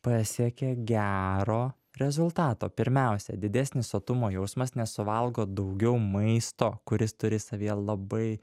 pasiekia gero rezultato pirmiausia didesnis sotumo jausmas nes suvalgo daugiau maisto kuris turi savyje labai